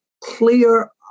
clear